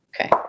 okay